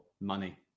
money